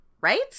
right